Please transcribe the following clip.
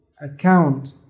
account